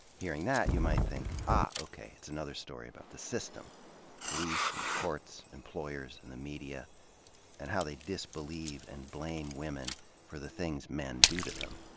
hearing that, you might think, ah ok, it's another story about the system police and the courts, employers and the media and how they disbelieve and blame women for the things men do to them.